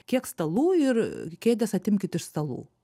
kiek stalų ir kėdes atimkit iš stalų